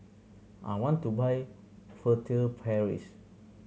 I want to buy Furtere Paris